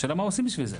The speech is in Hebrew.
השאלה מה עושים בשביל זה?